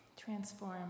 transform